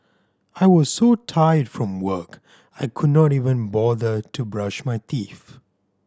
I was so tired from work I could not even bother to brush my teeth